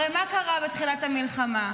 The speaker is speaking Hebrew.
הרי מה קרה בתחילת המלחמה?